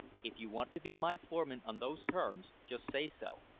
if you want to be my foreman on those terms, just say so,